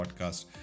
podcast